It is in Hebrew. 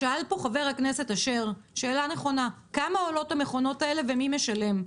חבר הכנסת אשר שאל שאלה נכונה: כמה עולות המכונות האלה ומי משלם?